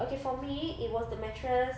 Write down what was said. okay for me it was the mattress